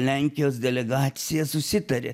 lenkijos delegacija susitarė